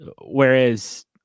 whereas